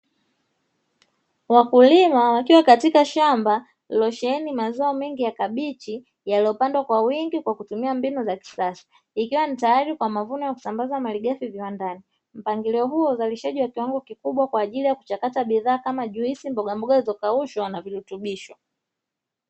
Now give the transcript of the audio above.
Wakulima wakiwa katika shamba lililosheheni mazao mengi ya kabichi yaliyopandwa kwa wingi kwa kutumia mbinu za kisasa, ikiwa ni tayari kwa mavuno na kusambaza malighafi viwandani, mpangilio huu wa uzalishaji wa kiwango kikubwa kwa ajili ya kuchakata bidhaa kama juisi, mbogamboga zilizokaushwa na virutubisho.